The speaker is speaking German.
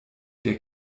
der